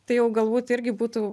tai jau galbūt irgi būtų